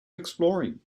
exploring